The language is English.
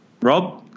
Rob